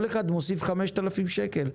כל אחד מוסיף 5,000 שקל.